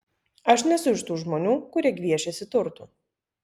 aš nesu iš tų žmonių kurie gviešiasi turtų